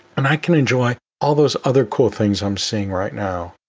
and i can enjoy all those other cool things i'm seeing right now.